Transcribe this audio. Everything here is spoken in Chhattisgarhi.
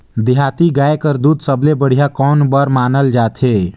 देहाती गाय कर दूध सबले बढ़िया कौन बर मानल जाथे?